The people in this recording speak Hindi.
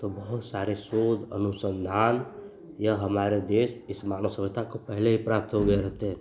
तो बहुत सारे शोध अनुसन्धान यह हमारे देश इस मानव सभ्यता को पहले ही प्राप्त हो गए होते